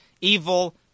evil